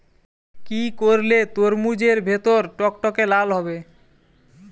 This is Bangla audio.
কি করলে তরমুজ এর ভেতর টকটকে লাল হবে?